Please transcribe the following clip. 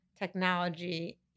technology